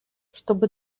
чтобы